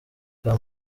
bwa